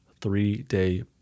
three-day